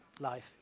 life